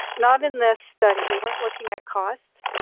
not in this study, we weren't looking at cost.